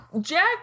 Jack